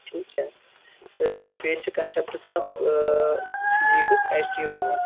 ٹھیٖک چھا تہٕ بیٚیہِ ٲس basic concepts of physics H C Verma